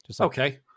Okay